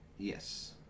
Yes